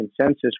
consensus